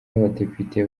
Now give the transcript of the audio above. abadepite